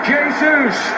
Jesus